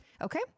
okay